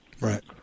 Right